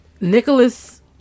Nicholas